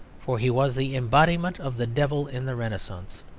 for he was the embodiment of the devil in the renascence,